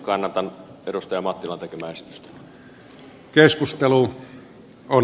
kannatan edustaja mattilan tekemää esitystä